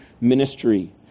ministry